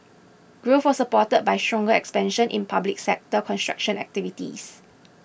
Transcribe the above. growth was supported by stronger expansion in public sector construction activities